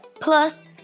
Plus